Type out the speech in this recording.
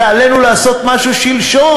ועלינו לעשות משהו שלשום.